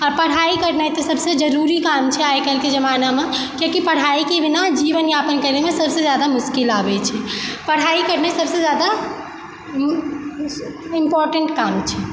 आओर पढ़ाइ करनाइ तऽ सबसँ जरूरी काम छै आइ काल्हिके जमानामे किएक कि पढ़ाइके बिना जीवन यापन करयमे सबसँ जादा मश्किल आबय छै पढ़ाइ करनाइ सब सँ जादा इम्पोर्टेन्ट काम छै